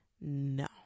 No